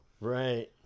Right